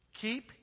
keep